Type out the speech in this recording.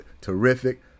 terrific